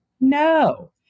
No